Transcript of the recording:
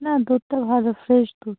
না দুধটা ভালো ফ্রেশ দুধ